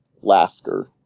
laughter